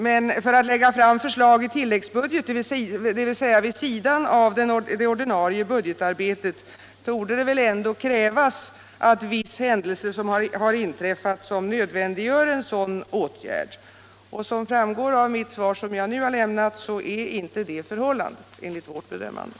Men för att — Om ökad utbildning lägga fram förslag i tilläggsbudget, dvs. vid sidan av det ordinarie bud = av förskollärare getarbetet, torde ändå krävas att viss händelse har inträffat som nödvändiggör en sådan åtgärd. Det framgår av mitt svar, som jag nu lämnat, att detta enligt vårt bedömande inte är förhållandet.